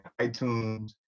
iTunes